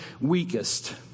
weakest